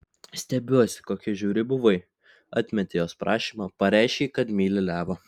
stebiuosi kokia žiauri buvai atmetei jos prašymą pareiškei kad myli levą